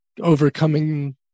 overcoming